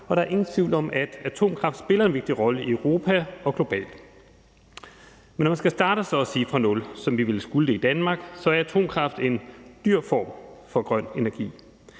og der er ingen tvivl om, at atomkraft spiller en vigtig rolle i Europa og globalt. Men når man så at sige skal starte fra nul, som vi ville skulle det i Danmark, er atomkraft en dyr form for grøn energi.